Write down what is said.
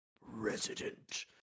Resident